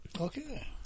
Okay